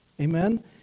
Amen